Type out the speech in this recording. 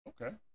Okay